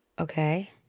Okay